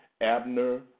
Abner